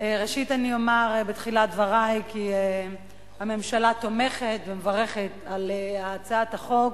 אני אומר בתחילת דברי כי הממשלה תומכת ומברכת על הצעת החוק,